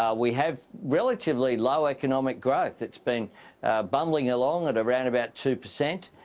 we have relatively low economic growth. it's been bumbling along at around about two per cent,